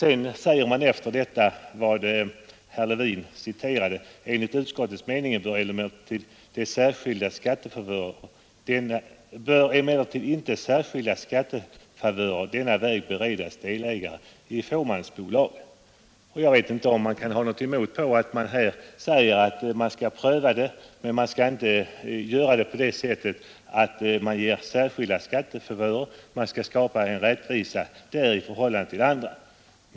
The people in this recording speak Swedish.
Efter detta sägs det som herr Levin citerade: ”Enligt utskottets mening bör emellertid inte särskilda skattefavörer denna väg beredas delägare i fåmansbolag.” Jag vet inte om man kan ha någonting emot vad som här sägs, att man skall pröva frågan men inte göra det på det sättet att man ger särskilda skattefavörer. Man skall skapa rättvisa i förhållande till andra.